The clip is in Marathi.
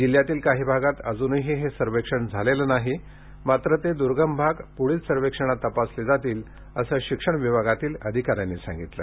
जिल्हयातील काही भागात अजूनही हे सर्वेक्षण झालेलं नाही मात्र ते द्र्गम भाग प्ढील सर्वेक्षणात तपासले जातील असं शिक्षण विभागातील अधिकाऱ्यांनी सांगितलं